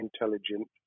intelligent